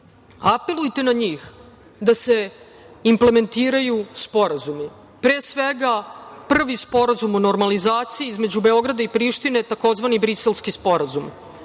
Apelujte na njih da se implementiraju sporazumi. Pre svega, prvi Sporazum o normalizaciji između Beograda i Prištine, tzv. „Briselski sporazum“.